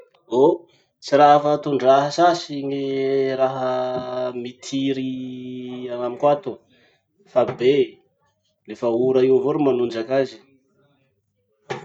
Oh, tsy raha fa tondraha sasy gny raha mitiry amiko ato. Fa be, lefa ora io avao manondrak'azy.